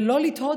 ולא לתהות